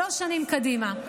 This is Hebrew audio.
שלוש שנים קדימה.